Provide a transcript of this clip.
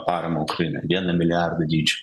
paramą ukrainai vieno milijardo dydžio